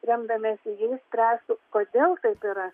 remdamiesi jais spręstų kodėl taip yra